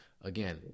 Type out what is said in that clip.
Again